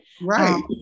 Right